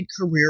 career